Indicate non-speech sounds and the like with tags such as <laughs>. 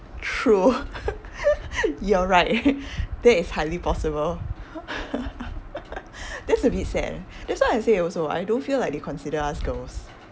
true <laughs> you're right that is highly possible <laughs> that's a bit sad leh that's why I say also I don't feel like they consider us girls